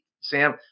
Sam